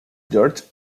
george